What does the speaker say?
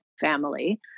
family